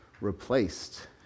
replaced